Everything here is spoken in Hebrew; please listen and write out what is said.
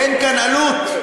אין כאן עלות.